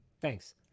Thanks